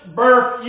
birth